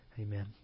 Amen